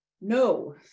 no